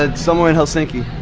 and somewhere in helsinki,